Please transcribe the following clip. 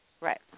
Right